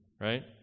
right